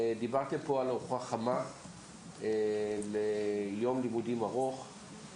דיברתם פה על ארוחה חמה ליום לימודים ארוך,